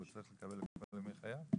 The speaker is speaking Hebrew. שהוא צריך לקבל כל ימי חייו.